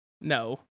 No